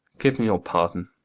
give me your pardon.